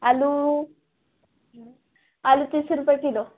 आलू आलू तीस रुपये किलो